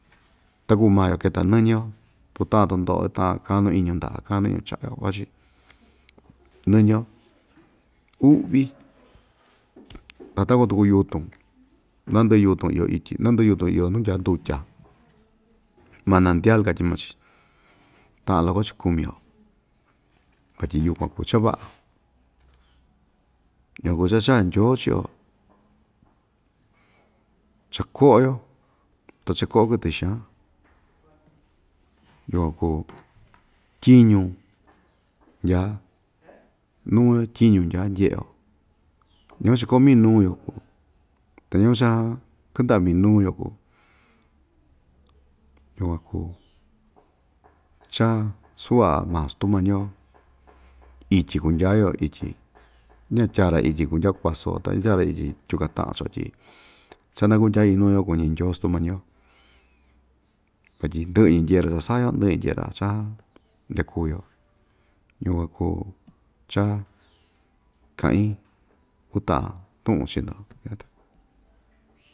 Takuu maa‑yo keta nɨñɨ‑yo tu takuan tu ndoꞌo‑yo ta kaan nuu iñu ndaꞌa‑yo kaan nuu iñu chaꞌyo vachi nɨñɨ‑yo uꞌvi ta takuan tuku yutun naa ndɨꞌɨ yutun iyo ityi naa ndɨꞌɨ yutun iyo nuu ndyaa ndutya manantial katyi maa‑chi taꞌan loko‑chi kumi‑yo vatyi yukuan kuu cha vaꞌa yukuan kuu cha chaꞌa ndyoo chio cha koꞌo‑yo ta cha koꞌo kɨtɨxan yukuan kuu tyiñu ndya nuo tyiñu ndya ndyeꞌe‑yo ñasuu cha koꞌo‑yo minuu‑yo kuu ta ñasu cha kɨndaꞌa minuu‑yo kuu yukuan kuu cha suvaꞌa maa stumañiyo ityi kundya‑yo ityi ña ityaa‑ra ityi kundya kuasu‑yo ta ña itya‑ra ityi tyiñu kataꞌan chii‑yo tyi cha na kundya inuu‑yo kuñi ndyoo stumañiyo vatyi ndɨꞌɨ‑ñi ndyeꞌe‑ra cha saꞌa‑yo ndɨꞌɨ‑ñi ndyeꞌe‑ra cha ndyakuu‑yo yukuan kuu cha kaꞌin utaꞌan tuꞌun chiꞌin‑ndo kete.